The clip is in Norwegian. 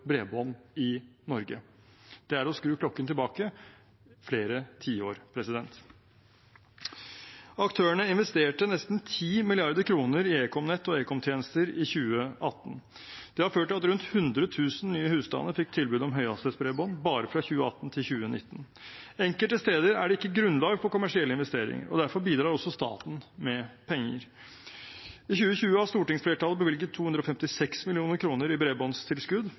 bredbånd i Norge. Det er å skru klokken tilbake flere tiår. Aktørene investerte nesten 10 mrd. kr i ekomnett og ekomtjenester i 2018. Det har ført til at rundt 100 000 nye husstander fikk tilbud om høyhastighetsbredbånd bare fra 2018 til 2019. Enkelte steder er det ikke grunnlag for kommersielle investeringer, og derfor bidrar også staten med penger. I 2020 har stortingsflertallet bevilget 256 mill. kr i bredbåndstilskudd.